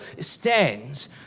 stands